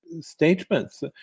statements